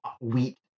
wheat